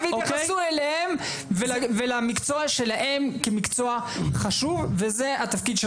ויתייחסו אליהן ולמקצוע שלהן כמקצוע חשוב וזה התפקיד שלנו פה בוועדה.